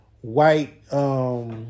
white